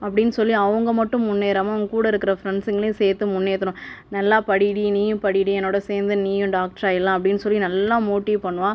அப்படின்னு சொல்லி அவங்க மட்டும் முன்னேறாமல் அவங்க கூட இருக்க ஃப்ரண்ட்ஸுங்களையும் சேர்த்து முன்னேற்றணும் நல்லா படிடி நீயும் படிடி என்னோட சேர்ந்து நீயும் டாக்டர் ஆகிடலாம் அப்படின்னு சொல்லி நல்லா மோட்டிவ் பண்ணுவாள்